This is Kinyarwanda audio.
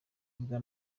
ubwa